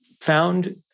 found